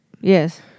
Yes